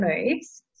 Moves